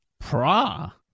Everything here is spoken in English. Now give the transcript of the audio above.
pra